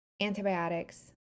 antibiotics